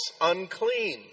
unclean